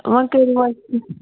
وۅنۍ کٔرِو حظ